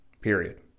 period